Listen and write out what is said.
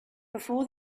before